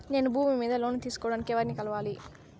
నేను భూమి మీద లోను తీసుకోడానికి ఎవర్ని కలవాలి?